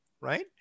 Right